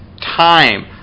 time